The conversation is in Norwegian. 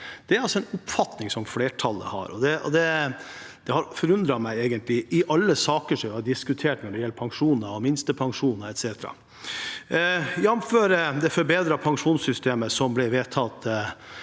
altså en oppfatning som flertallet har. Det har forundret meg egentlig i alle saker som vi har diskutert når det gjelder pensjon og minstepensjon etc., jf. det forbedrede pensjonssystemet som ble vedtatt,